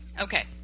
Okay